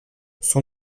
son